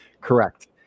Correct